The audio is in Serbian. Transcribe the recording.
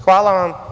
Hvala, vam.